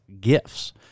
gifts